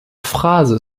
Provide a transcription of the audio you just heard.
phase